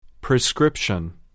Prescription